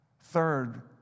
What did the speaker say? Third